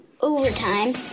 overtime